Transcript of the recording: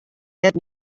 net